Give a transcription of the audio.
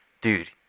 dude